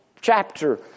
chapter